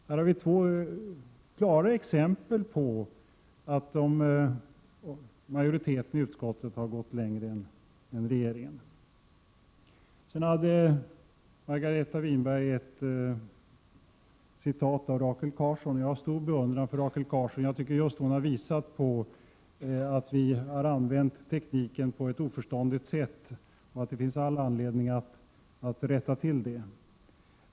Här har vi två klara exempel på att majoriteten i utskottet har gått längre än regeringen. Margareta Winberg citerade Rachel Carson. Jag är en stor beundrare av Rachel Carson, som visat att vi har använt tekniken på ett oförnuftigt sätt och att det fanns all anledning att rätta till detta.